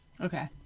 Okay